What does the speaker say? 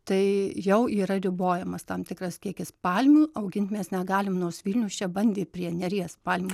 tai jau yra ribojamas tam tikras kiekis palmių augint mes negalim nors vilnius čia bandė prie neries palmių